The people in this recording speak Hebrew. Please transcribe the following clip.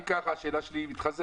אם כך, השאלה שלי מתחזקת.